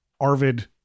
Arvid